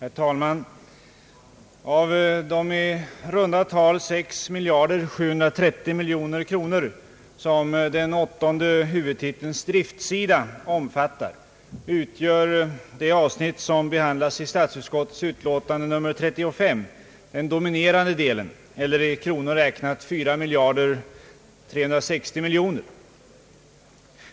Herr talman! Av de i runda tal 6 730 miljoner kronor som den åttonde huvudtitelns driftssida omfattar utgör det avsnitt som behandlas i statsutskottets utlåtande nr 35 den dominerande delen eller i kronor räknat 4 360 miljoner kronor.